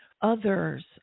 Others